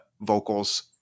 vocals